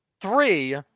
Three